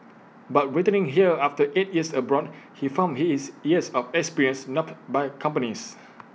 but returning here after eight years abroad he found his years of experience not by companies